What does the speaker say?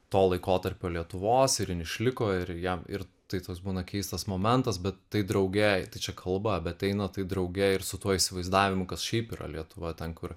to laikotarpio lietuvos ir ji išliko ir jam ir tai tas būna keistas momentas bet tai drauge tai čia kalba bet eina tai drauge ir su tuo įsivaizdavimu kas šiaip yra lietuva ten kur